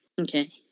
Okay